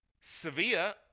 Sevilla